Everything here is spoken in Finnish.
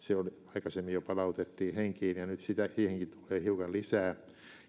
aikaisemmin jo palautettiin henkiin ja nyt siihenkin tulee hiukan lisää